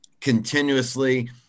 continuously